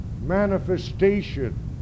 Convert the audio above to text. manifestation